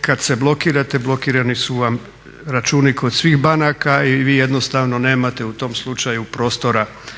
kad se blokirate blokirani su vam računi kod svih banaka i vi jednostavno nemate u tom slučaju prostora za